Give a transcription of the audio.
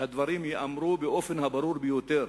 שהדברים ייאמרו באופן הברור ביותר: